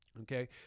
Okay